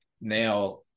now